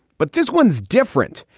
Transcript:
but this one's different.